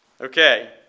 Okay